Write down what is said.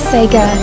Sega